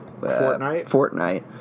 Fortnite